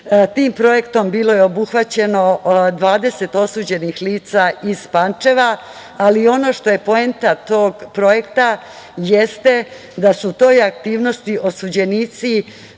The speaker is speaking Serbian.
Tim projektom bilo je obuhvaćeno 20 osuđenih lica iz Pančeva, ali ono što je poenta tog projekta jeste da su u toj aktivnosti osuđenici